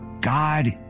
God